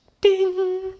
Ding